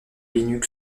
linux